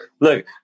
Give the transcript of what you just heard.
Look